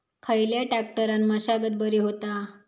खयल्या ट्रॅक्टरान मशागत बरी होता?